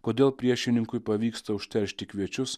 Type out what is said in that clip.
kodėl priešininkui pavyksta užteršti kviečius